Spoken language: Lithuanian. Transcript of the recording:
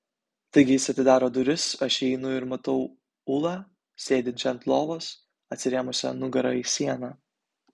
taigi jis atidaro duris aš įeinu ir matau ulą sėdinčią ant lovos atsirėmusią nugara į sieną